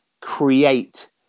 create